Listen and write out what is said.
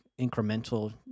incremental